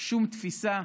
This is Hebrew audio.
שום תפיסה.